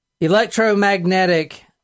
electromagnetic